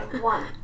One